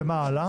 ומה הלאה?